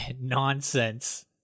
nonsense